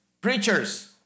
preachers